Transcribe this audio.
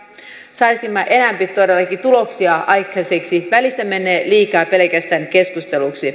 saisimme enempi todellakin tuloksia aikaiseksi välistä menee liikaa pelkästään keskusteluksi